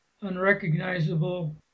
unrecognizable